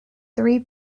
three